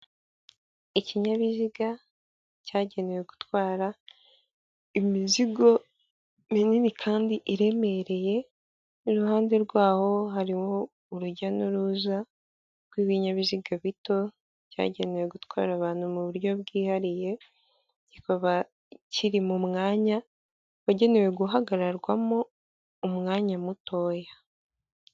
Ikinyabiziga, cyagenewe gutwara, imizigo minini kandi iremereye, iruhande rw'aho hariho urujya n'uruza rw'ibinyabiziga bito, byagenewe gutwara abantu mu buryo bwihariye, kikaba kiri mu mwanya wagenewe guhagararwamo umwanya mutoya.